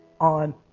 on